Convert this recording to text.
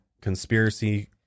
conspiracy